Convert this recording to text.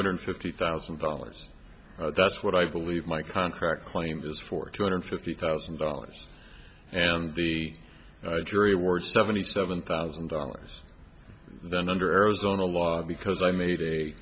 hundred fifty thousand dollars that's what i believe my contract claim is for two hundred fifty thousand dollars and the jury award seventy seven thousand dollars then under arizona law because i made